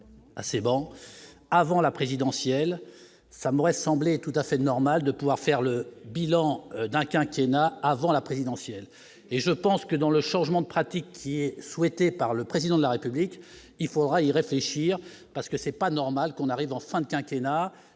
assez bon avant la présidentielle, ça m'aurait semblé tout à fait normal de pouvoir faire le bilan d'un quinquennat avant la présidentielle, et je pense que dans le changement de pratique qui est souhaitée par le président de la République, il faudra y réfléchir parce que c'est pas normal qu'on arrive en fin de quinquennat